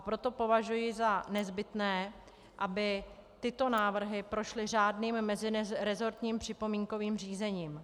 Proto považuji za nezbytné, aby tyto návrhy prošly řádným meziresortním připomínkovým řízením.